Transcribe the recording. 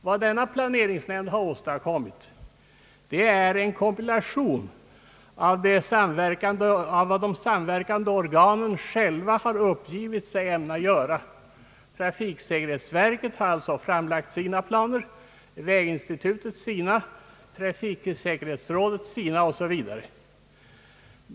Vad denna planeringsnämnd åstadkommit är en kompilation av det de samverkande organen själva har uppgivit sig ämna göra. Trafiksäkerhetsverket har alltså framlagt sina planer, väginstitutet sina, trafiksäkerhetsrådet sina osv.